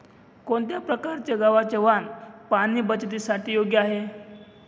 कोणत्या प्रकारचे गव्हाचे वाण पाणी बचतीसाठी योग्य आहे?